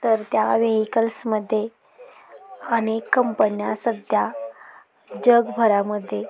तर त्या व्हेइकल्समध्ये अनेक कंपन्या सध्या जगभरामध्ये